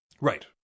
Right